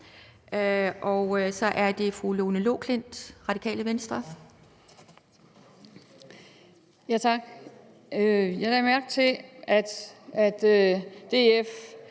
Så er det fru Lone Loklindt, Radikale Venstre.